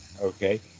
okay